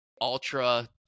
ultra